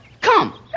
Come